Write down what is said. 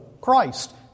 Christ